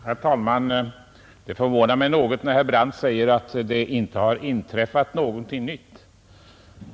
Herr talman! Det förvånar mig något när herr Brandt säger att det inte har inträffat någonting nytt.